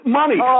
money